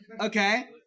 Okay